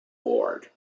ward